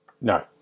no